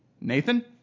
Nathan